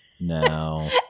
No